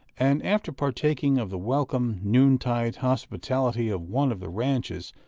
and after partaking of the welcome noon-tide hospitality of one of the ranches,